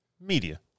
media